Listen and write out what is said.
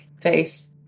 face